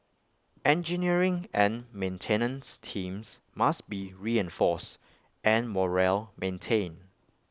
engineering and maintenance teams must be reinforced and morale maintained